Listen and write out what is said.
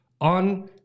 on